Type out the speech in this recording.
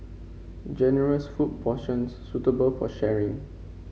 generous food portions suitable for sharing